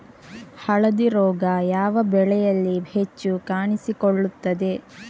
ಹಳದಿ ರೋಗ ಯಾವ ಬೆಳೆಯಲ್ಲಿ ಹೆಚ್ಚು ಕಾಣಿಸಿಕೊಳ್ಳುತ್ತದೆ?